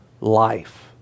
life